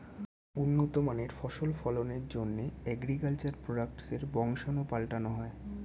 উন্নত মানের ফসল ফলনের জন্যে অ্যাগ্রিকালচার প্রোডাক্টসের বংশাণু পাল্টানো হয়